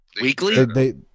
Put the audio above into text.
Weekly